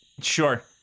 sure